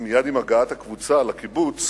מייד עם הגעת הקבוצה לקיבוץ